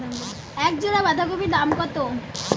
এক জোড়া বাঁধাকপির দাম কত?